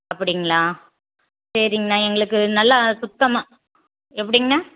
அப்படிங்களா சரிங்கண்ணா எங்களுக்கு நல்லா சுத்தமா எப்படிங்கண்ணா